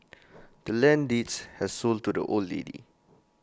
the land's deeds has sold to the old lady